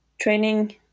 training